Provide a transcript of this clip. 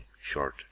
short